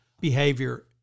behavior